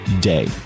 day